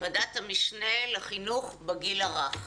ועדת המשנה לחינוך בגיל הרך,